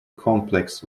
complex